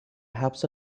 helps